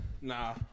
Nah